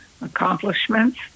accomplishments